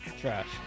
Trash